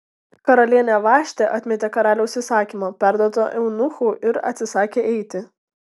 karalienė vaštė atmetė karaliaus įsakymą perduotą eunuchų ir atsisakė eiti